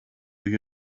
you